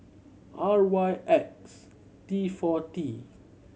R Y X T four T